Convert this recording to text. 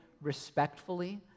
respectfully